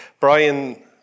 Brian